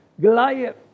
Goliath